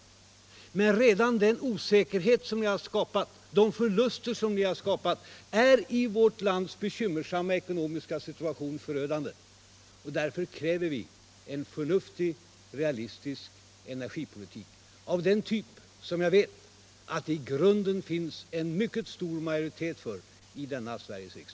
beredskapsarbeten Men redan den osäkerhet som ni har skapat, de förluster som ni har — för ungdom skapat, är i vårt lands bekymmersamma ekonomiska situation förödande. Därför kräver vi en förnuftig realistisk energipolitik av den typ som jag vet att det i grunden finns en mycket stor majoritet för i denna Sveriges